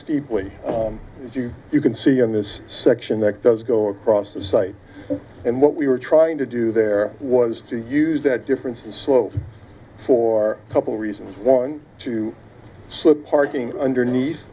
steeply as you you can see in this section that does go across the site and what we were trying to do there was to use that differences slope for a couple reasons one to slip parking